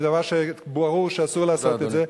זה דבר שברור שאסור לעשות אותו.